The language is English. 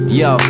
yo